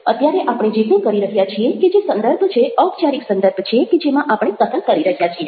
અત્યારે આપણે જે કંઈ કરી રહ્યા છીએ કે જે સંદર્ભ છે ઔપચારિક સંદર્ભ છે કે જેમાં આપણે કથન કરી રહ્યા છીએ